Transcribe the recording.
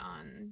on